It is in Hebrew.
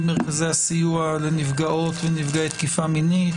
מרכזי הסיוע לנפגעות ונפגעי תקיפה מינית.